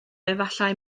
efallai